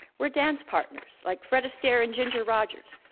we're dance partners like fred astaire and ginger rogers.